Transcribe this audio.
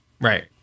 Right